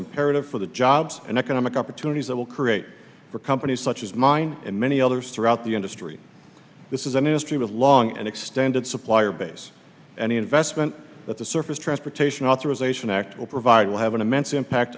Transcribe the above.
imperative for the jobs and economic opportunities that will create for companies such as mine and many others throughout the industry this is a new stream of long and extended supplier base any investment that the surface transportation authorization act will provide will have an immense impact